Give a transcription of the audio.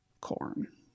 corn